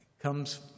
comes